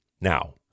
Now